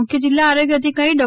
મુખ્યસ જિલ્લા આરોગ્યા અધિકારી ડો